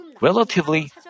relatively